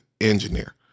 engineer